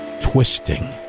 twisting